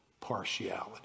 partiality